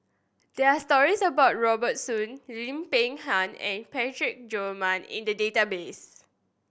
there are stories about Robert Soon Lim Peng Han and Parsick Joaquim in the database